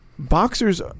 Boxers